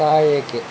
താഴേക്ക്